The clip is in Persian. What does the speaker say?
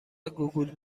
گوگول